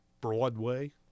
Broadway